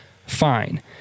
fine